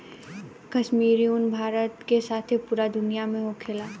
काश्मीरी उन भारत के साथे पूरा दुनिया में होखेला